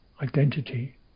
identity